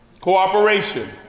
Cooperation